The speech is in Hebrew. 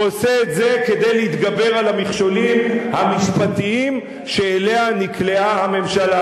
הוא עושה את זה כדי להתגבר על המכשולים המשפטיים שאליהם נקלעה הממשלה.